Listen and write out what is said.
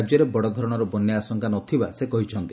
ରାକ୍ୟରେ ବଡ ଧରଶର ବନ୍ୟା ଆଶଙ୍କା ନ ଥିବା ସେ କହିଛନ୍ତି